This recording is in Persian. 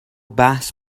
بحث